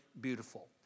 beautiful